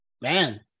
man